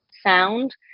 sound